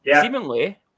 Seemingly